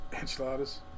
Enchiladas